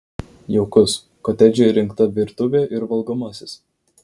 jaukus kotedže įrengta virtuvė ir valgomasis